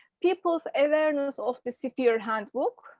people's awareness of the sphere handbook